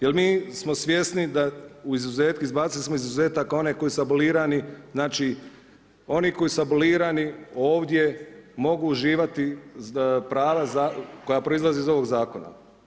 Jer mi smo svjesni da, u izuzetke, izbacili smo iz izuzetaka one koji su abolirani, znači oni koji su abolirani ovdje mogu uživati prava koja proizlaze iz ovog zakona.